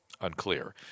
unclear